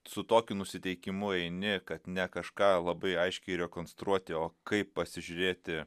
su tokiu nusiteikimu eini kad ne kažką labai aiškiai rekonstruoti o kaip pasižiūrėti